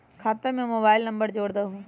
खाता में mobile number जोड़ दहु?